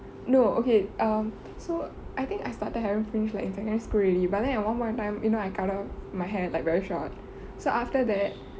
no okay um so I think I started having fringe like in secondary school already but then at one point in time you know I cut out my hair like very short so after that